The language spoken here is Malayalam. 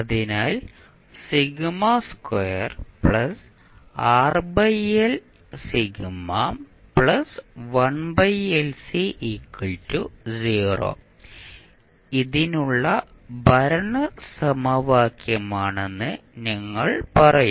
അതിനാൽ ഇതിനുള്ള ഭരണ സമവാക്യമാണെന്ന് ഞങ്ങൾ പറയും